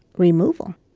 removal.